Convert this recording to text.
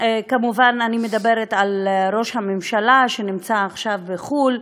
כמובן אני מדברת על ראש הממשלה שנמצא עכשיו בחו"ל.